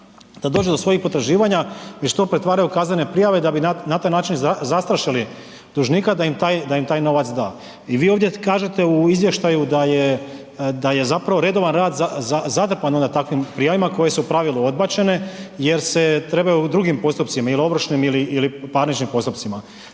da dođu do svojih potraživanja i što pretvaraju u kaznene prijave da bi na taj način zastrašili dužnika da im taj novac da. I vi ovdje kažete u izvještaju da je zapravo redovan rad zatrpan onda takvim prijavama koje su u pravilu odbačene jer se trebaju u drugim postupcima, ili ovršnim ili parničnim postupcima.